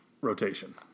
rotation